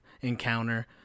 encounter